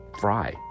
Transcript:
fry